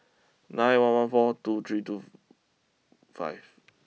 nine one one four two three Tofu five